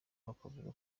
bakavuga